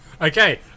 Okay